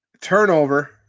turnover